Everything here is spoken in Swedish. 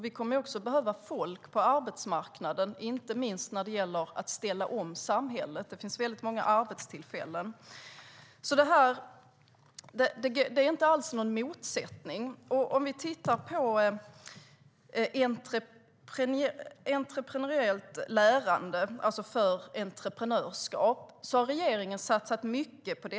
Vi kommer nämligen att behöva folk på arbetsmarknaden, inte minst när det gäller att ställa om samhället. Där finns många arbetstillfällen. Det finns alltså ingen motsättning. Regeringen har satsat mycket på entreprenöriellt lärande, det vill säga lärande för entreprenörskap.